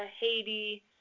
Haiti